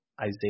Isaiah